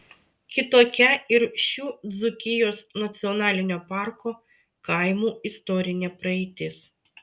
kitokia ir šių dzūkijos nacionalinio parko kaimų istorinė praeitis